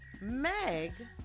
Meg